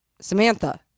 Samantha